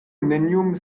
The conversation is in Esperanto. neniun